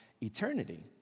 eternity